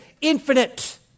infinite